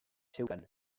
zeukan